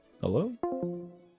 Hello